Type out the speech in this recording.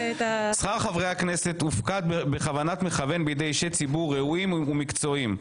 שכר חברי הכנסת הופקד בכוונת מכוון בידי אנשי ציבור ראויים ומקצועיים,